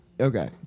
Okay